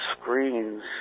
screens